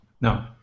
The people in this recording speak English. No